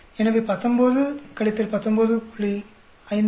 எனவே 19 19